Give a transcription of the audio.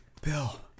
Bill